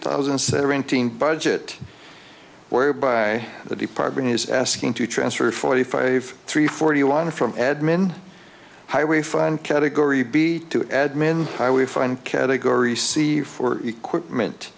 thousand and seventeen budget whereby the department is asking to transfer forty five three forty one from admin highway fun category b to admin i would find category c for equipment